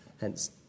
hence